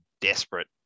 desperate